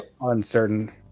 uncertain